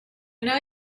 know